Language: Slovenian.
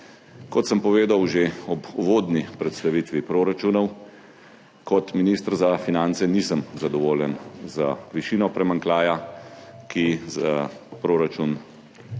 Kot sem povedal že ob uvodni predstavitvi proračunov, kot minister za finance nisem zadovoljen z višino primanjkljaja, ki za proračun